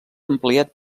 ampliat